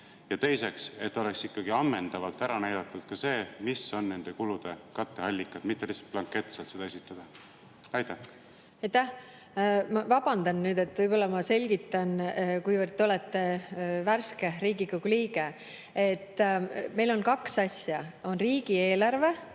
ja teiseks, et oleks ikkagi ammendavalt ära näidatud see, mis on nende kulude katteallikad, mitte lihtsalt [blanketi moodi] seda esitada. Aitäh! Ma vabandan, aga ma võib-olla selgitan, kuivõrd te olete värske Riigikogu liige. Meil on kaks asja: on riigieelarve